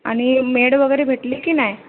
आणि मेड वगैरे भेटली की नाही